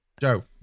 Joe